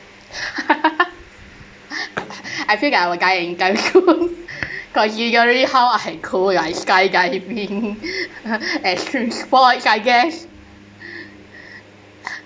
I feel that I will die anytime soon considering how I go like skydiving extreme sports I guess